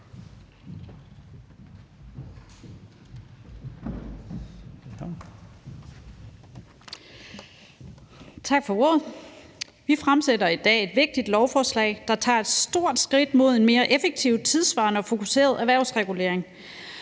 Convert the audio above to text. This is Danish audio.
Tak for ordet. Vi behandler i dag et vigtigt lovforslag, der tager et stort skridt hen imod en mere effektiv, tidssvarende og fokuseret erhvervsregulering.